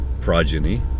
progeny